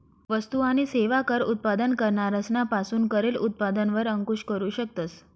वस्तु आणि सेवा कर उत्पादन करणारा सना पासून करेल उत्पादन वर अंकूश करू शकतस